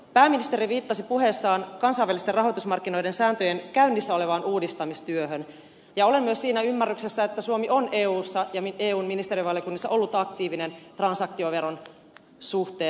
pääministeri viittasi puheessaan kansainvälisten rahoitusmarkkinoiden sääntöjen käynnissä olevaan uudistamistyöhön ja olen myös siinä ymmärryksessä että suomi on eussa ja eun ministerivaliokunnassa ollut aktiivinen transak tioveron suhteen